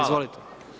Izvolite.